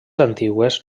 antigues